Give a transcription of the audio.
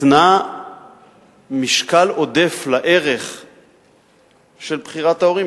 נתנה משקל עודף לערך של בחירת ההורים.